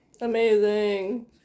Amazing